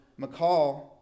McCall